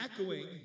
echoing